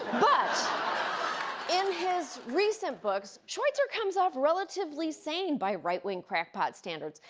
but in his recent books, schweizer comes off relatively sane by right wing crackpot standards.